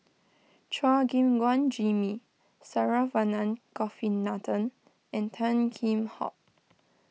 Chua Gim Guan Jimmy Saravanan Gopinathan and Tan Kheam Hock